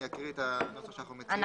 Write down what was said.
אני אקריא את מה שאנחנו מציעים.